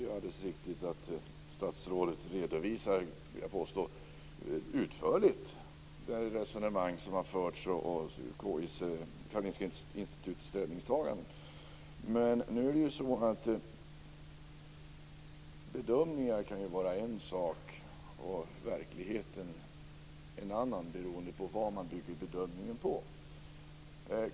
Herr talman! Det är alldeles riktigt att statsrådet utförligt redovisat resonemangen och Karolinska Institutets ställningstaganden. Men bedömningar kan vara en sak och verkligheten en annan, beroende på vad man bygger bedömningen på.